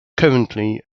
currently